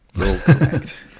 correct